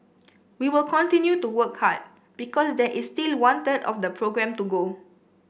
we will continue to work hard because there is still one third of the programme to go